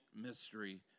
mystery